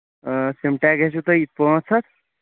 syntax گژھوٕ تۄہہِ یہِ پانٛژھ ہَتھ